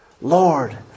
Lord